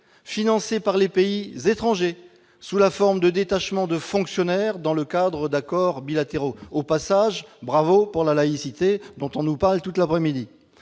financés par des pays étrangers sous la forme de détachements de fonctionnaires dans le cadre d'accords bilatéraux. Au passage, bravo pour la laïcité, dont on nous parle depuis